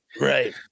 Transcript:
right